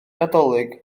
nadolig